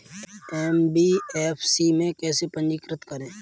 NBFC में कैसे पंजीकृत करें?